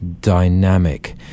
dynamic